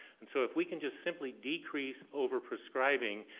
and so if we could just simply decrease overprescribing,